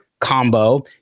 combo